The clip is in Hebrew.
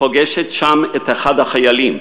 ופוגשת שם את אחד החיילים,